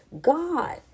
God